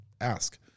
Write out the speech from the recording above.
Ask